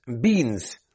beans